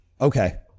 okay